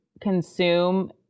consume